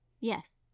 Yes